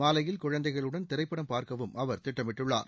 மாலையில் குழந்தைகளுடன் திரைப்படம் பார்க்கவும் அவர் திட்டமிட்டுள்ளார்